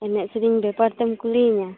ᱮᱱᱮᱡ ᱥᱮᱨᱮᱧ ᱵᱮᱯᱟᱨᱛᱮᱢ ᱠᱩᱞᱤᱧᱟ